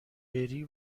بری